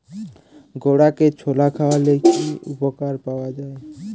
ঘোড়াকে ছোলা খাওয়ালে কি উপকার পাওয়া যায়?